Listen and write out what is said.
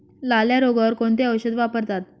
लाल्या रोगावर कोणते औषध वापरतात?